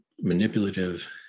manipulative